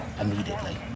immediately